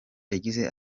yagize